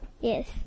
Yes